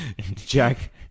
Jack